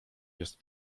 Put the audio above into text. jest